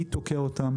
מי תוקע אותם,